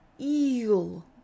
Eel